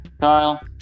Kyle